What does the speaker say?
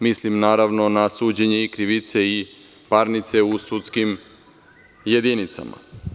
Mislim naravno na suđenje i krivice i parnice u sudskim jedinicama.